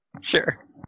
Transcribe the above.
Sure